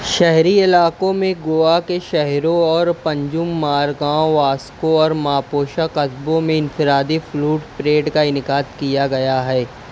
شہری علاقوں میں گوا کے شہروں اور پنجم مارگاؤں واسکو اور ماپوسا قصبوں میں انفرادی فلوٹ پریڈ کا انعقاد کیا گیا ہے